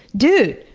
dude!